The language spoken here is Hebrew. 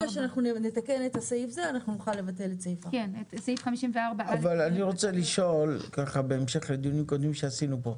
שאנחנו נתקן את הסעיף הזה אנחנו נוכל לבטל את סעיף 4. אבל אני רוצה לשאול בהמשך לדיונים קודמים שעשינו פה,